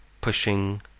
pushing